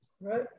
Right